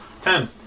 Ten